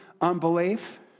unbelief